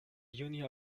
junio